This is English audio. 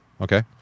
Okay